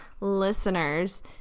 listeners